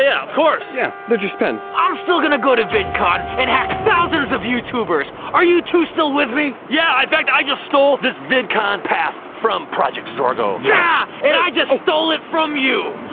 yeah of course. yeah, they're just pens. i'm still gonna go to vidcon and hack thousands of youtubers! are you two still with me? yeah, in fact i just stole this vidcon pass from project zorgo. yeah, and i just stole it from you.